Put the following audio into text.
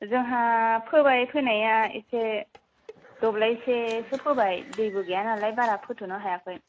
जोंहा फोबाय फोनाया एसे दब्लायसेसो फोबाय दैबो गैया नालाय बारा फोनो हायाखै